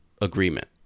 agreement